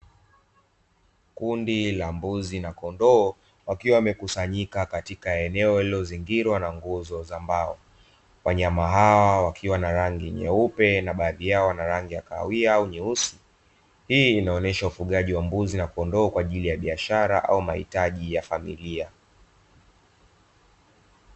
Kundi la mbuzi na kondoo wakiwa wamekusanyika katika eneo lililozingirwa na nguzo za mbao. Wanyama hawa wakiwa na rangi nyeupe na baadhi yao wana rangi ya kahawia au nyeusi. Hii inaonyesha ufugaji wa mbuzi na kondoo kwa ajili ya biashara au mahitaji ya familia.